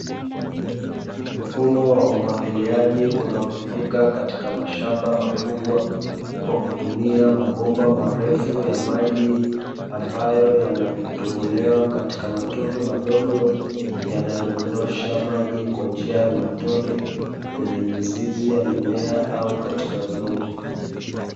Mfumo wa umwagiliaji unaotumika katika mashamba makubwa kwa kutumia mabomba marefu ya maji ambayo yametobolewa katika matundu madogo yanayodondosha kwa njia ya matone kwenye mizizi ya mimea au katika udongo.